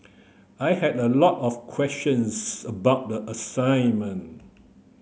I had a lot of questions about the assignment